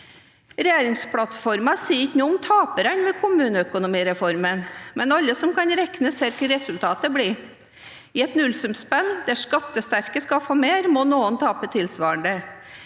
Regjeringsplattformen sier ikke noe om taperne ved kommuneøkonomireformen, men alle som kan regne, ser hva resultatet blir. I et nullsumspill der skattesterke skal få mer, må noen tape tilsvarende.